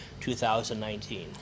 2019